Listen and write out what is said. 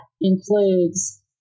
includes